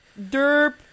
derp